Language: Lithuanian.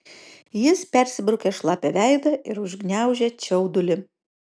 jis persibraukė šlapią veidą ir užgniaužė čiaudulį